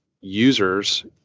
users